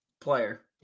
player